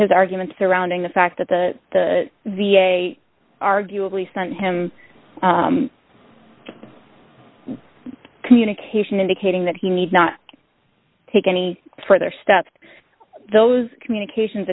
his argument surrounding the fact that the the the a arguably sent him a communication indicating that he need not take any further steps those communications